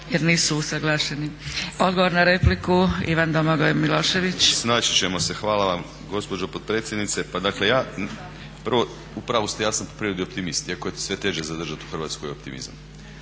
jer nisu usuglašeni. Odgovor na repliku Ivan Domagoj Milošević. **Milošević, Domagoj Ivan (HDZ)** Snaći ćemo se hvala gospođo potpredsjednice. Pa dakle ja, prvo, u pravu ste, ja sam po prirodi optimist iako je sve teže zadržati u Hrvatskoj optimizam.